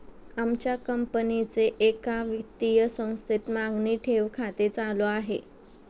आमच्या कंपनीचे एका वित्तीय संस्थेत मागणी ठेव खाते चालू आहे